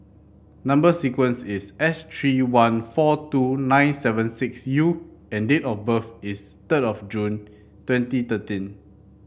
number sequence is S three one four two nine seven six U and date of birth is third of June twenty thirteen